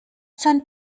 sein